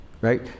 Right